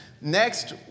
next